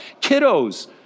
kiddos